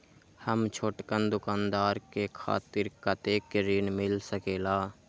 हम छोटकन दुकानदार के खातीर कतेक ऋण मिल सकेला?